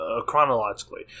chronologically